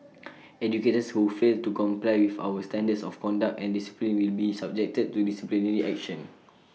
educators who fail to comply with our standards of conduct and discipline will be subjected to disciplinary action